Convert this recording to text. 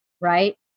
right